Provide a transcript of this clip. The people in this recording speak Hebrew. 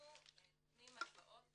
אנחנו נותנם הלוואות